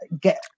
get